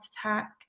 attack